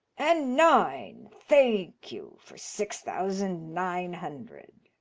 and nine. thank you. for six thousand nine hundred.